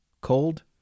cold